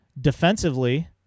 defensively